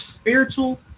spiritual